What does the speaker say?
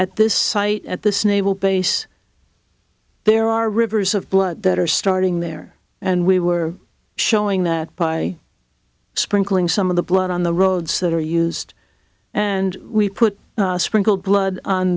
at this site at this naval base there are rivers of blood that are starting there and we were showing that by sprinkling some of the blood on the roads that are used and we put a sprinkle blood on